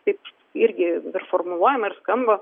nes taip irgi ir formuluojama ir skamba